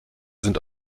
sind